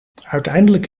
uiteindelijk